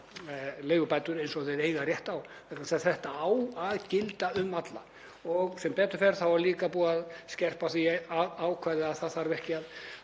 leigubætur eins og þeir eiga rétt á vegna þess að þetta á að gilda um alla. Og sem betur fer er líka búið að skerpa á því ákvæði að það þarf ekki að